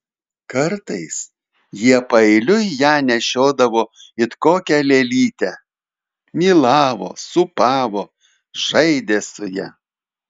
kartais jie paeiliui ją nešiodavo it kokią lėlytę mylavo sūpavo žaidė su ja